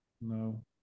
No